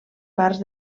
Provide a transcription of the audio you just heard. parts